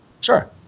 Sure